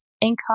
income